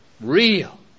real